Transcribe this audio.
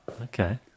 Okay